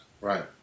Right